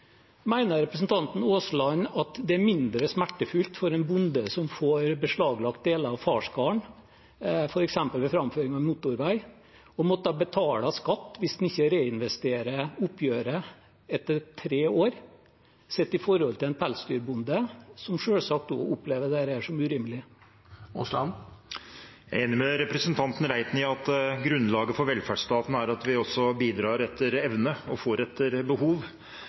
representanten Aasland at det er mindre smertefullt for en bonde som får beslaglagt deler av farsgården, f.eks. ved framføring av en motorvei, å måtte betale skatt hvis en ikke reinvesterer oppgjøret etter tre år, sett i forhold til en pelsdyrbonde, som selvsagt også opplever dette som urimelig? Jeg er enig med representanten Reiten i at grunnlaget for velferdsstaten er at vi også bidrar etter evne og får etter behov.